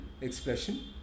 expression